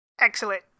Excellent